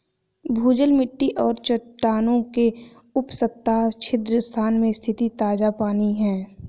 भूजल मिट्टी और चट्टानों के उपसतह छिद्र स्थान में स्थित ताजा पानी है